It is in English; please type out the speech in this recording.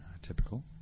Typical